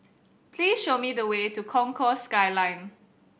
please show me the way to Concourse Skyline